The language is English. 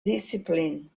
discipline